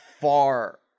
far